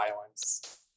violence